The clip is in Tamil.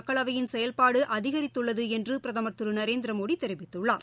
மக்களவையின் செயல்பாடு அதிகித்துள்ளது என்று பிரமா் திரு நரேந்திரமோடி தெரிவித்துள்ளார்